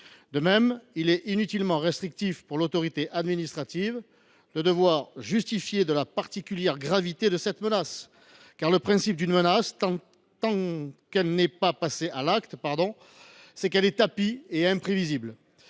De même, il est inutilement restrictif pour l’autorité administrative de devoir justifier de la particulière gravité de cette menace, car le principe d’une menace, tant qu’elle n’est pas réalisée, est qu’elle est tapie et imprévisible.